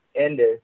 ended